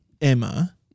Emma